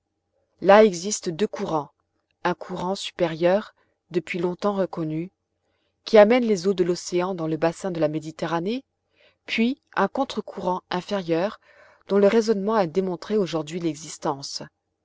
là existent deux courants un courant supérieur depuis longtemps reconnu qui amène les eaux de l'océan dans le bassin de la méditerranée puis un contre courant inférieur dont le raisonnement a démontré aujourd'hui l'existence